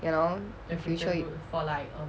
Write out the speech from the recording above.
you know future